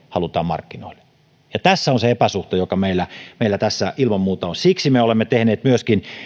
halutaan markkinoille tässä on se epäsuhta joka meillä meillä tässä ilman muuta on siksi me olemme tehneet myöskin